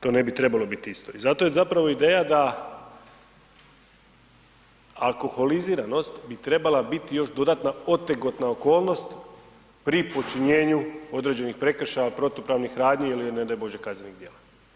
To ne bi trebalo biti isto i zapravo je zato ideja da, alkoholiziranost bi trebala biti još dodatna otegotna okolnost pri počinjenu određenih prekršaja, protupravnih radnji ili ne daj bože kaznenih djela.